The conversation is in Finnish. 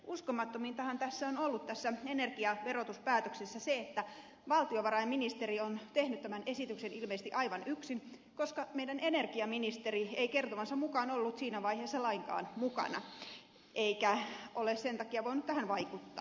uskomattomintahan tässä energiaverotuspäätöksessä on ollut se että valtiovarainministeri on tehnyt tämän esityksen ilmeisesti aivan yksin koska meidän energiaministerimme ei kertomansa mukaan ollut siinä vaiheessa lainkaan mukana eikä ole sen takia voinut tähän vaikuttaa